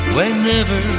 Whenever